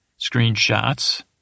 screenshots